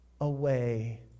away